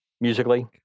musically